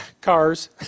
cars